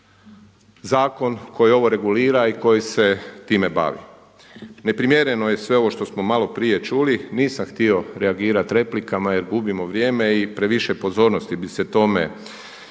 zakon koji ovo regulira i koji se time bavi. Neprimjereno je sve ovo što smo malo prije čuli, nisam htio reagirati replikama jer gubimo vrijeme i previše pozornosti bi se tome dalo,